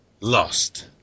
lost